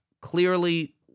clearly